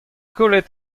kollet